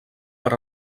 per